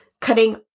cutting